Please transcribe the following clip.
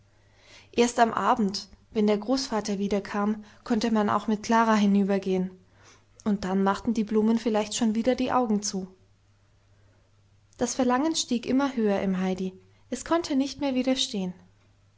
erst am abend wenn der großvater wiederkam konnte man auch mit klara hinübergehen und dann machten die blumen vielleicht schon wieder die augen zu das verlangen stieg immer höher im heidi es konnte nicht mehr widerstehen